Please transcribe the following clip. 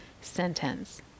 sentence